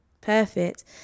Perfect